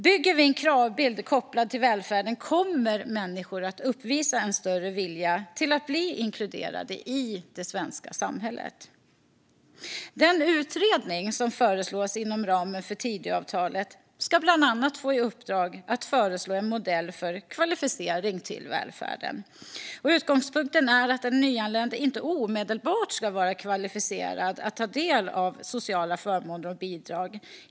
Bygger vi en kravbild kopplad till välfärden kommer människor att uppvisa en större vilja att bli inkluderade i det svenska samhället. Den utredning som föreslås inom ramen för Tidöavtalet ska bland annat få i uppdrag att föreslå en modell för kvalificering till välfärden. Utgångspunkten är att en nyanländ inte omedelbart ska vara kvalificerad att ta del av sociala förmåner och bidrag.